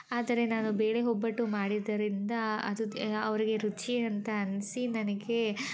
ಆದರೆ ನಾನು ಬೇಳೆ ಒಬ್ಬಟ್ಟು ಮಾಡಿದ್ದರಿಂದ ಅದು ಅವರಿಗೆ ರುಚಿ ಅಂತ ಅನಿಸಿ ನನಗೆ